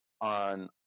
on